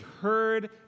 heard